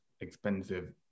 expensive